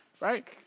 right